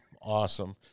Awesome